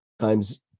times